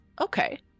Okay